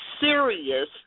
serious